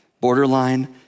borderline